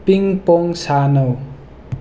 ꯄꯤꯡ ꯄꯣꯡ ꯁꯥꯟꯅꯩ